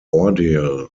ordeal